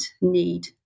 need